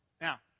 Now